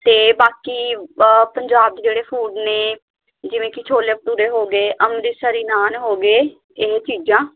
ਅਤੇ ਬਾਕੀ ਪੰਜਾਬ 'ਚ ਜਿਹੜੇ ਫੂਡ ਨੇ ਜਿਵੇਂ ਕਿ ਛੋਲੇ ਭਟੂਰੇ ਹੋ ਗਏ ਅੰਮ੍ਰਿਤਸਰੀ ਨਾਨ ਹੋ ਗਏ ਇਹ ਚੀਜ਼ਾਂ